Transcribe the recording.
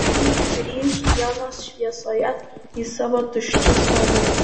ryt grįš dienos šviesoje į savo tuščius namus